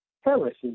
heresy